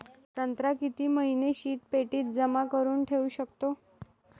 संत्रा किती महिने शीतपेटीत जमा करुन ठेऊ शकतो?